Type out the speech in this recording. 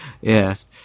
Yes